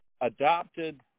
adopted